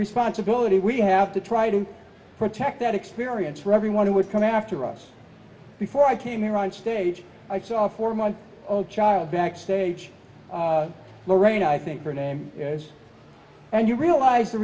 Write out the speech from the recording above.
responsibility we have to try to protect that experience for everyone who would come after us before i came here on stage i saw four month old child backstage lorraine i think her name yes and you realize the